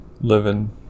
living